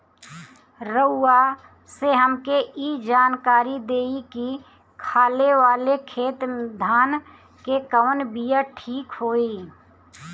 रउआ से हमके ई जानकारी देई की खाले वाले खेत धान के कवन बीया ठीक होई?